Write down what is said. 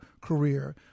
career